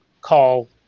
call